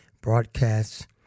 broadcasts